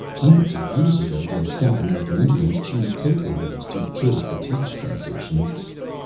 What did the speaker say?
hundreds of years ago the south american indians chewed coca leaves to kill fatigue sensations.